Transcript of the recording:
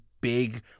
big